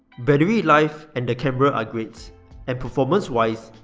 battery life and the camera are great and performance wise,